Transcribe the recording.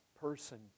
person